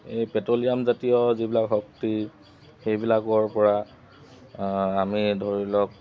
এই পেট্ৰলিয়াম জাতীয় যিবিলাক শক্তি সেইবিলাকৰ পৰা আমি ধৰি লওক